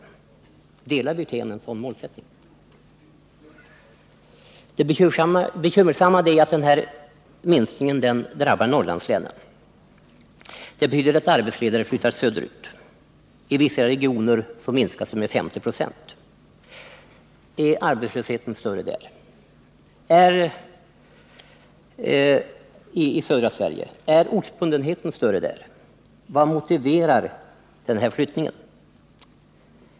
Delar arbetsmarknadsminister Wirtén en sådan målsättning? Det bekymmersamma är att den här minskningen drabbar Norrlandslänen. Det betyder att arbetsledare flyttas söderut. I vissa regioner minskar deras antal med 50 96. Är arbetslösheten större i södra Sverige? Är ortsbundenheten större där? Vad motiverar den här flyttningen?